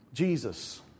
Jesus